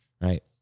right